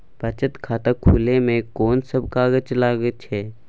बचत खाता खुले मे कोन सब कागज लागे छै?